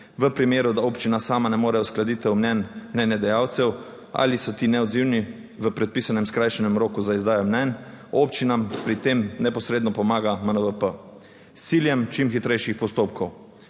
v primeru, da občina sama ne more uskladitev mnenj mnenjedajalcev ali so ti neodzivni v predpisanem skrajšanem roku za izdajo mnenj, občinam pri tem neposredno pomaga MNVP, s ciljem čim hitrejših postopkov.